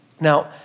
Now